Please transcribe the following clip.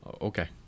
okay